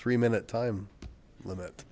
three minute time limit